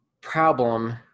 problem